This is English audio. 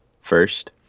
first